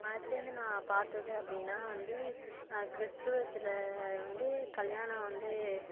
மதத்திலேந்து நான் பார்த்தது அப்படின்னா வந்து கிறிஸ்துவத்தில் வந்து கல்யாணம் வந்து